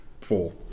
four